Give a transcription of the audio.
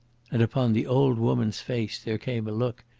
and upon the old woman's face there came a look,